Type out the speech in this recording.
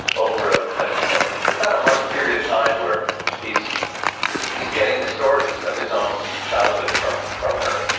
over ah ah ah but about a month period of time, where he's he's getting the stories of his own childhood from from her.